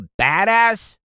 badass